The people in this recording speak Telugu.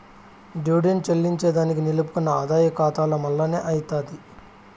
డివిడెండ్ చెల్లింజేదానికి నిలుపుకున్న ఆదాయ కాతాల మల్లనే అయ్యితాది